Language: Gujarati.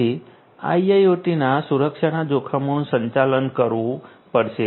તેથી આઈઆઈઓટીના સુરક્ષા જોખમોનું સંચાલન કરવું પડશે